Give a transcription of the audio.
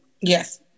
Yes